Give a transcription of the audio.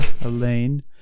Elaine